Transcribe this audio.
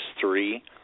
three